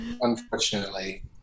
Unfortunately